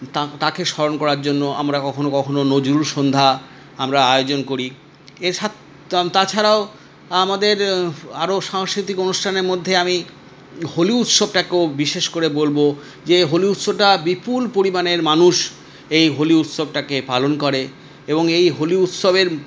তাঁ তাঁকে স্মরণ করার জন্য আমরা কখনও কখনও নজরুল সন্ধ্যা আমরা আয়োজন করি এছা ত তাছাড়াও আমাদের আরও সাংস্কৃতিক অনুষ্ঠানের মধ্যে আমি হোলি উৎসবটাকেও বিশেষ করে বলবো যে হোলি উৎসবটা বিপুল পরিমাণের মানুষ এই হোলি উৎসবটাকে পালন করে এবং এই হোলি উৎসবের